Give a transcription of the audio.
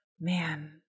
man